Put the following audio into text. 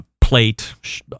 plate